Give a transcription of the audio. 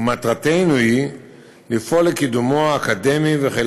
ומטרתנו היא לפעול לקידומו האקדמי וכן